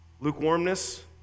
lukewarmness